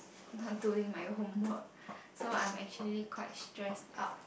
not doing my homework so I actually quite stress up